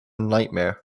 nightmare